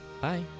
Bye